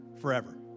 forever